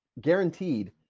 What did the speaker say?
guaranteed